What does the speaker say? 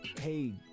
hey